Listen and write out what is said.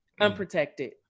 unprotected